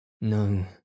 No